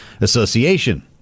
Association